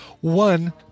one